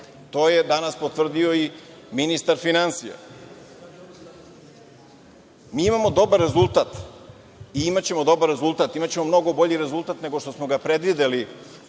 To je danas potvrdio i ministar finansija. Mi imamo dobar rezultat i imaćemo dobar rezultat. Imaćemo mnogo bolji rezultat nego što smo ga predvideli